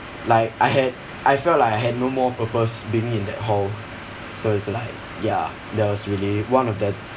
like I had I felt like I had no more purpose being in that hall so it's like ya that was really one of the